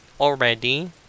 already